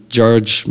George